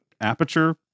Aperture